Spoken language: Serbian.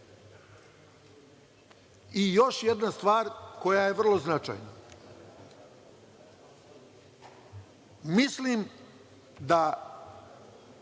jedna stvar koja je vrlo značajna. Mislim da